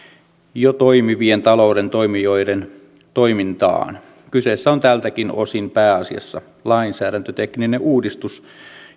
jo toimivien talouden toimijoiden toimintaan kyseessä on tältäkin osin pääasiassa lainsäädäntötekninen uudistus